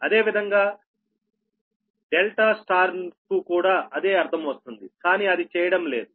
అదేవిధంగా ∆ Y కు కూడా అదే అర్థం వస్తుంది కానీ అది చేయడం లేదు